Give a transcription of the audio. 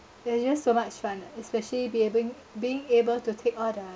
there's just so much fun lah especially be ab~ being able to take all the